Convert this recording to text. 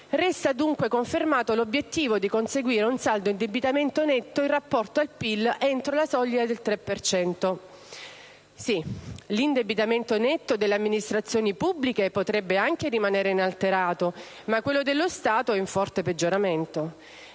Resta dunque confermato l'obiettivo di conseguire un saldo di indebitamento netto in rapporto al PIL entro la soglia del 3 per cento per l'anno 2013». Sì, l'indebitamento netto delle amministrazioni pubbliche potrebbe anche rimanere inalterato, ma quello dello Stato è in forte peggioramento.